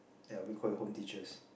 ya we call it home teachers